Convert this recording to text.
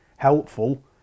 Helpful